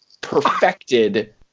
perfected